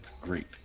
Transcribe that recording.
great